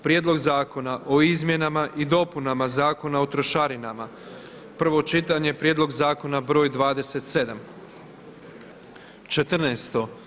Prijedlog zakona o Izmjenama i dopunama Zakona o trošarinama, prvo čitanje, prijedlog zakona br. 27, 14.